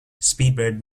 speedbird